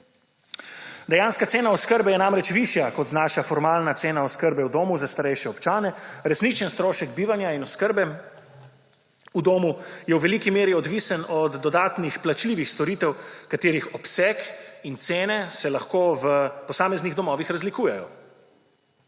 Dejanska cena oskrbe je namreč višja kot znaša formalna cena oskrbe v domu za starejše občane, resničen strošek bivanje in oskrbe v domu je v veliki meri odvisen od dodatnih plačljivih storitev katerih obseg in cene se lahko v posameznih domovih razlikujejo,